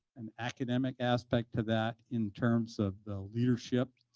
an academic aspect to that in terms of the leadership,